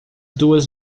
duas